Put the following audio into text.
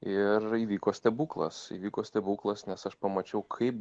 ir įvyko stebuklas įvyko stebuklas nes aš pamačiau kaip